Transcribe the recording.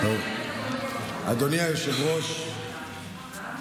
אדוני היושב-ראש,